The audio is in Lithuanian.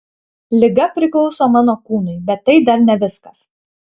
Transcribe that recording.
liga priklauso mano kūnui bet tai dar ne viskas